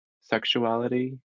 sexuality